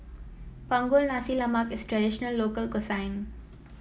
Punggol Nasi Lemak is a traditional local cuisine